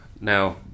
now